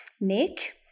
Nick